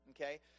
okay